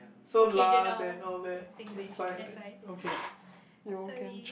so lah and all that it's fine right okay you can check